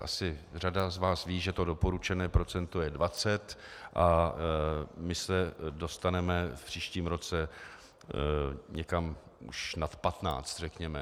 Asi řada z vás ví, že doporučené procento je 20 a my se dostaneme v příštím roce někam už nad 15, řekněme.